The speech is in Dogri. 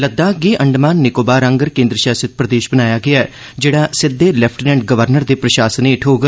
लद्दाख गी अंडमान निक्कोबार आंगर केन्द्र शासित प्रदेश बनाया गेआ ऐ जेहड़ा सिद् लेफ्टिनेंट गवर्नर दे प्रशासन ऐठ होग